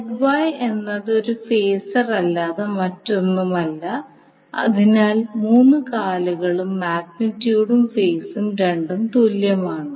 Zy എന്നത് ഒരു phasor അല്ലാതെ മറ്റൊന്നുമല്ല അതിനാൽ മൂന്ന് കാലുകളിലും മാഗ്നിറ്റ്യൂഡും ഫേസും രണ്ടും തുല്യമാണ്